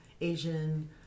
Asian